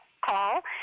call